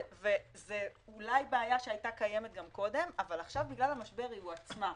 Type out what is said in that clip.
זה אולי בעיה שהייתה קיימת גם קודם אבל עכשיו בגלל המשבר היא הועצמה.